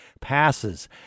passes